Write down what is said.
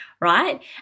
right